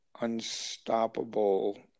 unstoppable